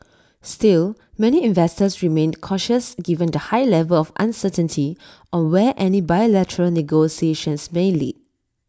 still many investors remained cautious given the high level of uncertainty on where any bilateral negotiations may lead